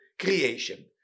creation